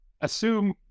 assume